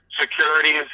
securities